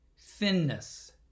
Thinness